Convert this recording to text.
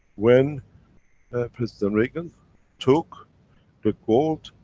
when president reagan took the gold,